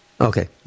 Okay